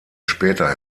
später